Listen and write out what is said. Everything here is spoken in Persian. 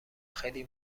خیلی